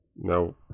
No